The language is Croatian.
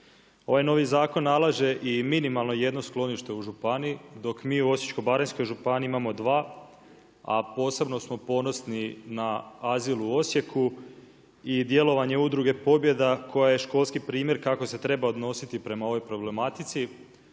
Ovaj novi zakon nalaže i minimalno jedno sklonište u županiji dok mi u Osječko-baranjskoj županiji imamo dva a posebno smo ponosni na azil u Osijeku i djelovanje Udruge Pobjeda koja je školski primjer kako se treba odnositi prema ovoj problematici.